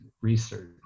research